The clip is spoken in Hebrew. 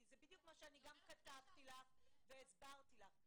זה בדיוק מה שכתבתי לך והסברתי לך.